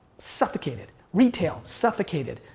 suffocated, retail, suffocated.